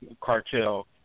cartel